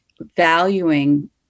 valuing